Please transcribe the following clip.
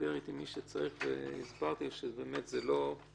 דיבר איתי מי שצריך והסברתי לו שלא טוב